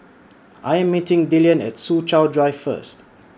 I Am meeting Dillion At Soo Chow Drive First